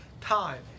time